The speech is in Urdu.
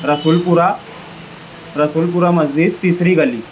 رسول پورا رسول پورا مسجد تیسری گلی